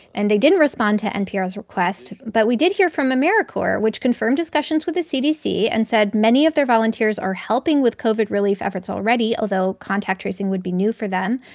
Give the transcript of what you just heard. and they didn't respond to npr's request. but we did hear from americorps, which confirmed discussions with the cdc and said many of their volunteers are helping with covid relief efforts already, although contact tracing would be new for them.